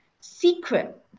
secret